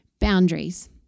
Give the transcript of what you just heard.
Boundaries